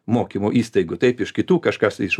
mokymo įstaigų taip iš kitų kažkas iš